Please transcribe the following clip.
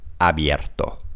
abierto